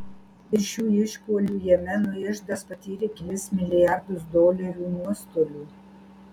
dėl šių išpuolių jemeno iždas patyrė kelis milijardus dolerių nuostolių